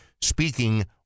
speaking